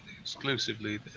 exclusively